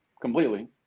completely